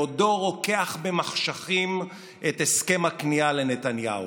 בעודו רוקח במחשכים את הסכם הכניעה לנתניהו.